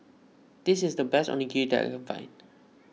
this is the best Onigiri that I can find